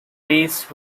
tastes